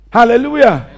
Hallelujah